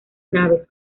naves